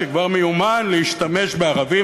שכבר מיומן בשימוש בערבים,